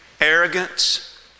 arrogance